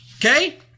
Okay